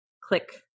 click